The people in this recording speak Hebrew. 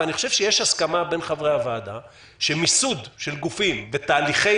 ואני חושב שיש הסכמה בין חברי הוועדה שמיסוד של גופים בתהליכי